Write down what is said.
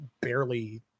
barely